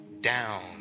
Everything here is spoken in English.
down